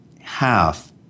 half